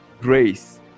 grace